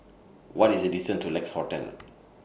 What IS The distance to Lex Hotel